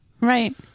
right